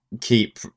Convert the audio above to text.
keep